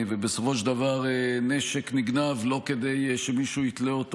ובסופו של דבר נשק נגנב לא כדי שמישהו יתלה אותו